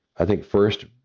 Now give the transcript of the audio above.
i think, first,